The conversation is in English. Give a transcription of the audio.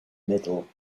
middle